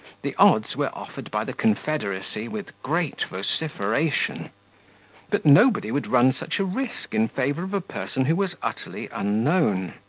the odds were offered by the confederacy with great vociferation but nobody would run such a risk in favour of a person who was utterly unknown.